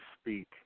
speak